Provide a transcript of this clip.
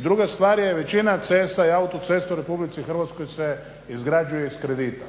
druga stvar je većina cesta i autocesta u RH se izgrađuje iz kredita,